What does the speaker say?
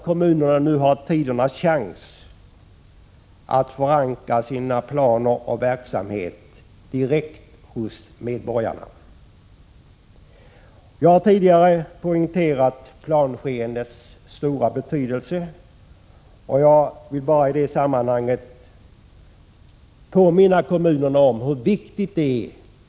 Kommunerna har nu tidernas chans att förankra sina planer och sin verksamhet direkt hos medborgarna. Jag har tidigare poängterat planskedets stora betydelse och vill bara i det sammanhanget påminna kommunerna om hur viktigt det är att man sköter — Prot.